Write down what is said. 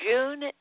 June